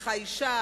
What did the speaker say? לך אשה",